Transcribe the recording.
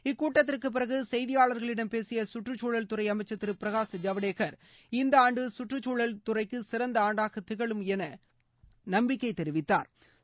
இக்கூட்டத்திற்கு பிறகு செய்தியாளர்களிடம் பேசிய கற்றுச்சூழல் துறை அமைச்சர் திரு பிரகாஷ் ஜவடேகர் இந்த ஆண்டு சுற்றுச்சூழல் துறைக்கு சிறந்த ஆண்டாக திகழும் என நம்பிக்கை தெரிவித்தாா்